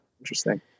Interesting